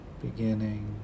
beginning